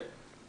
כן.